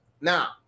Now